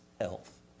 health